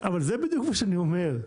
זה בדיוק מה שאני אומר.